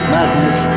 Madness